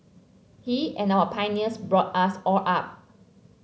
he and our pioneers brought us all up